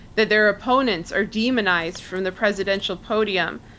that their opponents are demonized from the presidential podium,